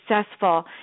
successful